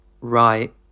right